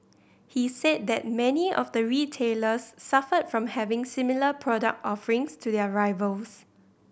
he said that many of the retailers suffered from having similar product offerings to their rivals